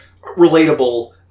relatable